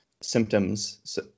symptoms